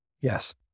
Yes